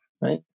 right